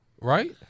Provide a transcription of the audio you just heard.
right